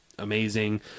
amazing